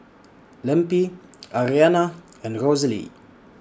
Lempi Ariana and Rosalee